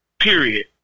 period